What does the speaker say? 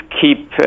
keep